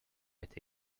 été